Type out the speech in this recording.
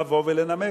לבוא ולנמק.